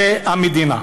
זו המדינה.